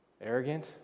arrogant